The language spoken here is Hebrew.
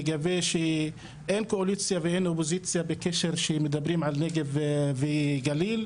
לגבי שאין קואליציה ואין אופוזיציה בהקשר שמדברים על נגב גליל,